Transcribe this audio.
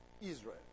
Israel